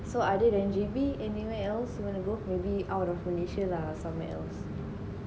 so other than J_B anywhere else you want to go maybe out of malaysia lah somewhere else